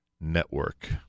Network